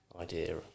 idea